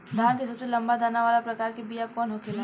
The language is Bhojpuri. धान के सबसे लंबा दाना वाला प्रकार के बीया कौन होखेला?